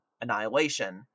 Annihilation